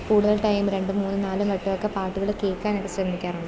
കൂടുതൽ ടൈം രണ്ടും മൂന്നും നാലും വട്ടോക്കെ പാട്ടുകള് കേള്ക്കാനായിട്ട് ശ്രമിക്കാറുണ്ട്